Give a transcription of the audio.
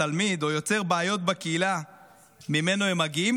התלמיד או יוצר בעיות בקהילה שממנה הוא מגיע,